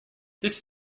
this